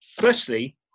firstly